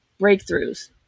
breakthroughs